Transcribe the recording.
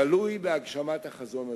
תלוי בהגשמת החזון הזה.